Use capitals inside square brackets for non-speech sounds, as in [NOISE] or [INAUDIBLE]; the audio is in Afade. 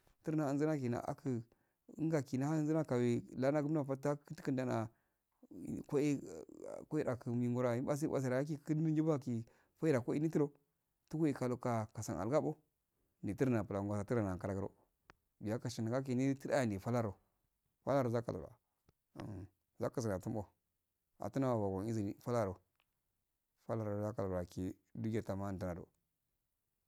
Turna azaankina aku unka kina azara yeka we lala gum par tak kun kun dan ah kuwa [HESITATION] kuwe aku ngoro aki ubasel base aki kurni bo aki koya daki iri turo tug asa aka kasan aluga ko yitrini ata blanguwa atura nasa kafagu do umye kashi ya kini asi tur ani far aro bara zar katuwa [HESITATION] umyazik gara tum oh katuna gara izini pal aro pal gara yachi ndi jihe ama tara ndɛlo.